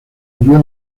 volvió